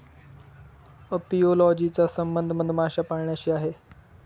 apiology चा संबंध मधमाशा पाळण्याशी आहे